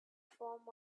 form